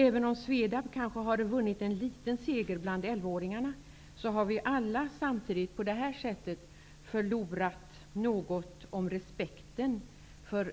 Även om Svedab kanske har vunnit en liten seger bland elva-åringarna, har vi alla samtidigt på detta sätt förlorat något, om respekten för